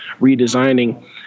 redesigning